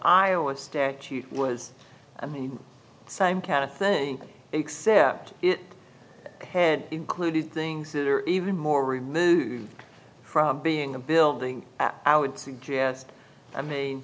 iowa statute was in the same kind of thing except it had included things that are even more removed from being a building i would suggest i mean